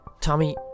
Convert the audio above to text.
Tommy